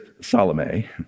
Salome